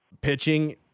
pitching